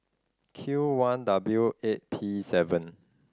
Q one W eight P seven